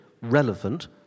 relevant